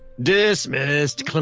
Dismissed